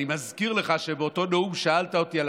אני מזכיר לך שבאותו נאום שאלת אותי על